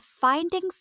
Finding